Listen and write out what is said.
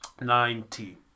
Ninety